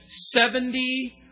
Seventy